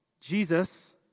Jesus